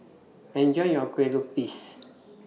Enjoy your Kue Lupis